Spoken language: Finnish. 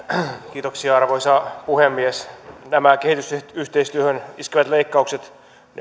kiitoksia arvoisa puhemies nämä kehitysyhteistyöhön iskevät leikkaukset